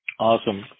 Awesome